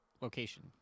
location